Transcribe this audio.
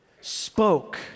spoke